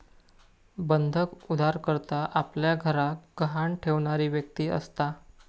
बंधक उधारकर्ता आपल्या घराक गहाण ठेवणारी व्यक्ती असता